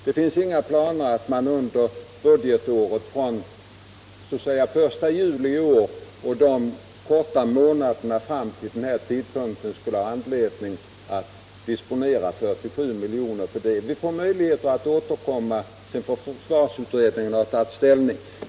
Det finns inga planer att man från den 1 juli i år och fram till den tidpunkten skulle ha anledning att disponera 47 miljoner för detta ändamål: Vi får möjlighet att återkomma när försvarsutredningen har tagit ställning.